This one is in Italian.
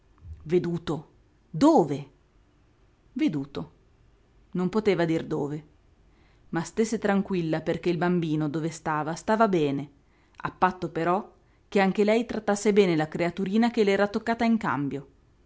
veduto dove veduto non poteva dir dove ma stesse tranquilla perché il bambino dove stava stava bene a patto però che anche lei trattasse bene la creaturina che le era toccata in cambio